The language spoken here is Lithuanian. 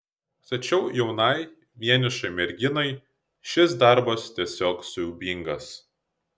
tačiau jaunai vienišai merginai šis darbas tiesiog siaubingas